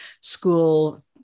school